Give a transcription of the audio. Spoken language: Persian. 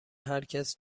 هرکس